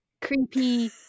creepy